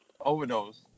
Overdose